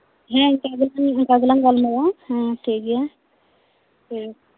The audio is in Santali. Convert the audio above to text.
ᱦᱮᱸ ᱟᱫᱚ ᱚᱱᱠᱟ ᱜᱮᱞᱟᱝ ᱜᱟᱞᱢᱟᱨᱟᱜᱼᱟ ᱦᱮᱸ ᱴᱷᱤᱠ ᱜᱮᱭᱟ ᱵᱮᱥ